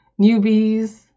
newbies